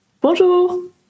Bonjour